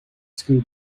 school